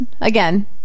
again